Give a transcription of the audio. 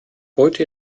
heute